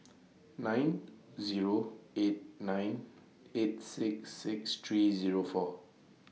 nine Zero eight nine eight six six three Zero four